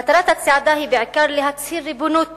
מטרת הצעדה היא בעיקר להצהיר ריבונות